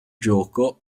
gioco